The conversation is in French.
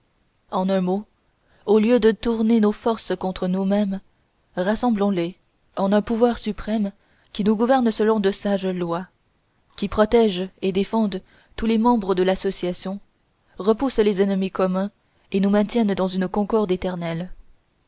en un mot au lieu de tourner nos forces contre nous-mêmes rassemblons les en un pouvoir suprême qui nous gouverne selon de sages lois qui protège et défende tous les membres de l'association repousse les ennemis communs et nous maintienne dans une concorde éternelle